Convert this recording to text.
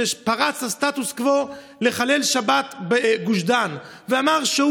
שפרץ את הסטטוס קוו לחלל שבת בגוש דן ואמר שהוא